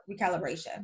recalibration